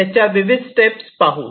त्याच्या विविध स्टेप्स पाहू